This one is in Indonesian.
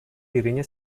dirinya